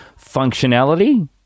functionality